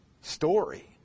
story